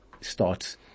starts